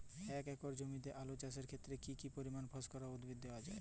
এক একর জমিতে আলু চাষের ক্ষেত্রে কি পরিমাণ ফসফরাস উদ্ভিদ দেওয়া উচিৎ?